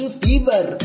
fever